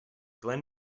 glen